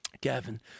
Gavin